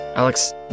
Alex